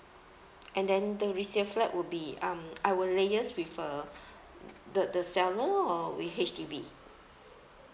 and then the resale flat would be um I will liaise with uh the the seller or with H_D_B